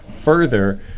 further